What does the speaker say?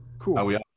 Cool